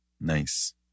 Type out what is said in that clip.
Nice